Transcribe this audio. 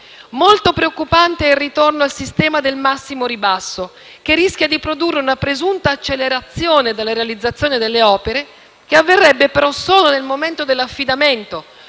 Molto preoccupante è il ritorno al sistema del massimo ribasso, che rischia di produrre una presunta accelerazione della realizzazione delle opere, che avverrebbe, però, solo nel momento dell'affidamento,